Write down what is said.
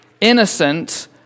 innocent